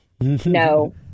No